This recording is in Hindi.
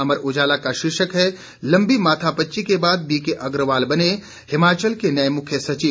अमर उजाला का शीर्षक है लंबी माथापच्ची के बाद बीके अग्रवाल बने हिमाचल के मुख्य सचिव